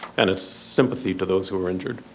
and its sympathy to those who were injured.